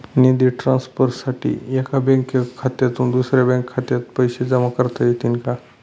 निधी ट्रान्सफरसाठी एका बँक खात्यातून दुसऱ्या बँक खात्यात पैसे जमा करता येतील का?